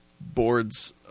boards